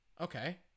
Okay